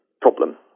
problem